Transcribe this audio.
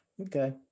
Okay